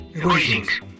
Greetings